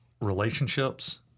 relationships